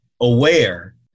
aware